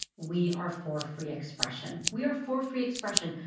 we are for free expression. we are for free expression.